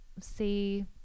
see